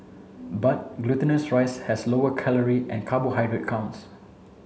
but glutinous rice has lower calorie and carbohydrate counts